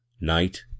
night